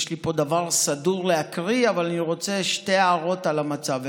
יש לי פה דבר סדור להקריא אבל אני רוצה להעיר שתי הערות על המצב,